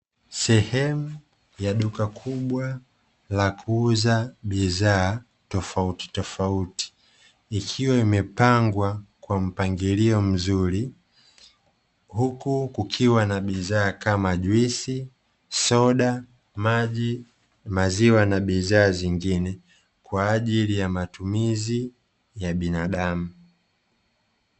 Sehemu ya duka kubwa la kuuza bidhaa tofautitofauti, ikiwa imepangwa kwa mpangilio mzuri, huku kukiwa na bidhaa kama: juice, soda, maji, maziwa na bidhaa zingine kwa ajili ya matumizi ya binadamu.